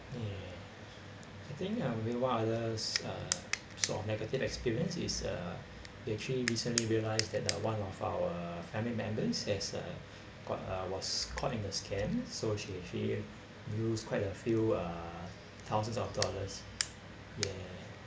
mm I think uh meanwhile others are sort of negative experience is uh they actually recently realised that uh one of our family members has uh got was caught in the scam so she actually lost quite a few uh thousands of dollars ya